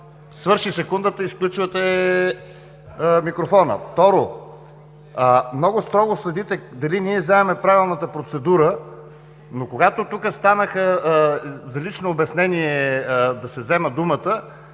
Свърши секундата и изключвате микрофона. Второ, много строго следите дали ние вземаме правилната процедура, но когато тук станаха да вземат думата